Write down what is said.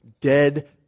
dead